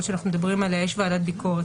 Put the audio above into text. שאנחנו מדברים עליה יש ועדת ביקורת.